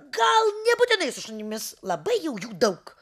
gal nebūtinai su šunimis labai jau jų daug